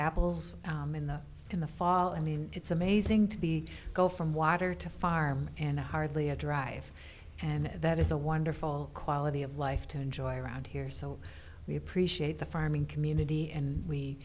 apples in the in the fall i mean it's amazing to be go from water to farm and hardly a drive and that is a wonderful quality of life to enjoy around here so we appreciate the farming community and we